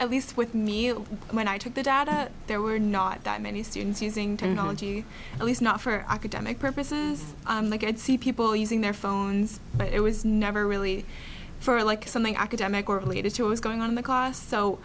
at least with me when i took the data there were not that many students using technology at least not for academic purposes like i'd see people using their phones but it was never really for like something academic correlated to what's going on the cost so